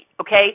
okay